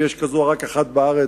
ויש רק אחת כזאת בארץ,